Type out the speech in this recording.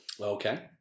Okay